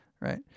Right